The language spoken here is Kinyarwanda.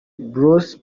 bros